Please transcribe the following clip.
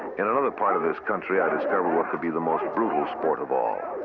in another part of this country, i discovered what could be the most brutal sport of all.